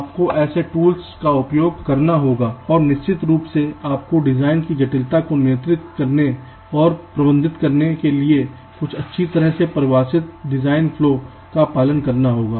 आपको ऐसे टूल्स का उपयोग करना होगा और निश्चित रूप से आपको डिजाइन की जटिलता को नियंत्रित करने और प्रबंधित करने के लिए कुछ अच्छी तरह से परिभाषित डिजाइन फ्लो Design Flow का पालन करना होगा